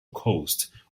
coast